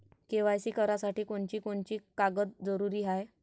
KYC करासाठी कोनची कोनची कागद जरुरी हाय?